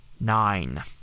nine